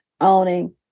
owning